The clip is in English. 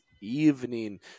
evening